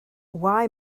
why